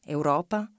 Europa